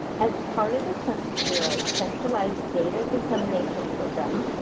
as part of the census bureau's centralized data dissemination program,